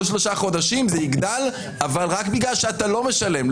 כל שלושה חודשים זה יגדל אבל רק בגלל שאתה לא משלם,